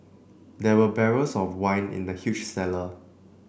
there were barrels of wine in the huge cellar